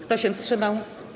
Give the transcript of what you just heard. Kto się wstrzymał?